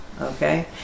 Okay